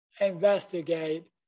investigate